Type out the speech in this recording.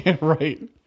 Right